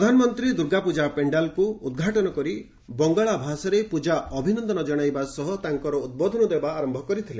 ପ୍ରଧାନମନ୍ତ୍ରୀ ଦୁର୍ଗାପୂଜା ପେଖାଲ୍କୁ ଉଦ୍ଘାଟନ କରି ବଙ୍ଗଳା ଭାଷାରେ ପୂଜା ଅଭିନନ୍ଦନ ଜଣାଇବା ସହ ତାଙ୍କର ଉଦ୍ବୋଧନ ଦେବା ଆରମ୍ଭ କରିଥିଲେ